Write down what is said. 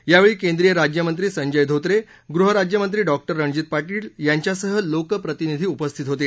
यावेळी केंद्रीय राज्यमंत्री संजय धोत्रे गृहराज्यमंत्री डॉक्टर रणजीत पाटील यांच्यासह लोकप्रतिनिधी उपस्थित होते